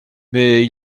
mais